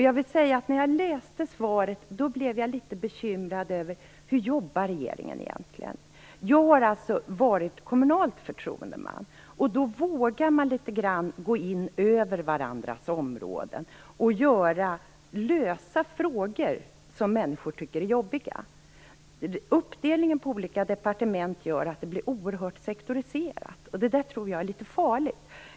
Jag vill säga att jag blev litet bekymrad när jag läste svaret. Hur jobbar regeringen egentligen? Jag har varit kommunal förtroendeman. Då vågar man gå in litet grand på varandras områden och lösa frågor som människor tycker är jobbiga. Uppdelningen på olika departement gör att det blir oerhört sektoriserat, och det tror jag är litet farligt.